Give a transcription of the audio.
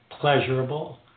pleasurable